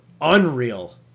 unreal